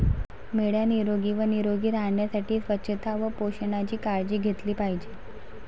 मेंढ्या निरोगी व निरोगी राहण्यासाठी स्वच्छता व पोषणाची काळजी घेतली पाहिजे